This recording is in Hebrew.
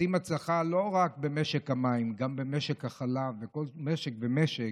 רוצים הצלחה לא רק במשק המים אלא גם במשק החלב ובכל משק במשק,